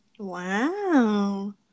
Wow